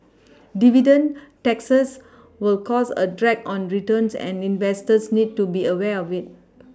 dividend taxes will cause a drag on returns and investors need to be aware of it